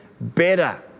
better